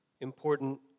important